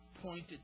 pointed